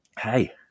hey